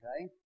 Okay